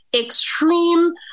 extreme